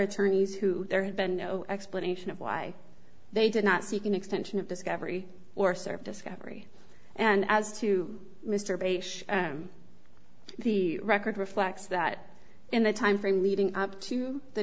attorneys who there had been no explanation of why they did not seek an extension of discovery or served discovery and as to mr bates the record reflects that in the timeframe leading up to the